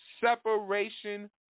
separation